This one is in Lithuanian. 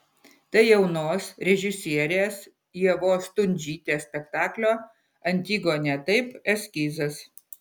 tai jaunos režisierės ievos stundžytės spektaklio antigonė taip eskizas